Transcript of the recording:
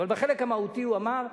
אבל בחלק המהותי הוא אמר: